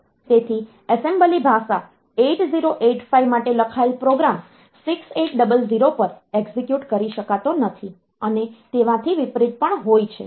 તેથી એસેમ્બલી ભાષા 8085 માટે લખાયેલ પ્રોગ્રામ 6800 પર એક્ઝિક્યુટ કરી શકાતો નથી અને તેનાથી વિપરીત પણ હોય છે